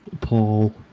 Paul